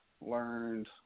learned